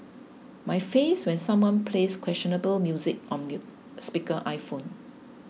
my face when someone plays questionable music on mute speaker iPhone